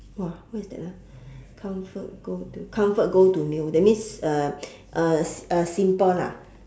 !whoa! what is that ah comfort go to comfort go to meal that means uh uh uh simple lah